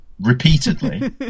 repeatedly